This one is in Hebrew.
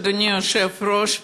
אדוני היושב-ראש,